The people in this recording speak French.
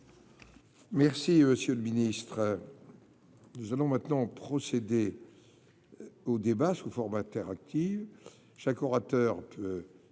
Merci monsieur le ministre, nous allons maintenant procéder au débat sous forme interactive,